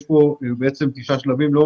אני לא